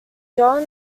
jean